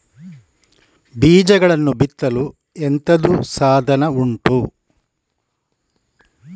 ಬೀಜಗಳನ್ನು ಬಿತ್ತಲು ಎಂತದು ಸಾಧನ ಉಂಟು?